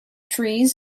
trees